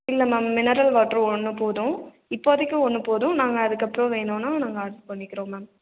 இல்லை ma'am mineral water ஒன்று போதும் இப்போதைக்கு ஒன்று போதும் நாங்கள் அதுக்கப்புறம் வேணும்னா நாங்கள் ஆர்டர் பண்ணிக்கிறோம் மேம்